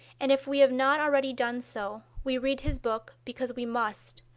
and if we have not already done so, we read his book because we must,